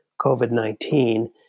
COVID-19